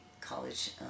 college